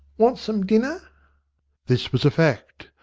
want some dinner this was a fact,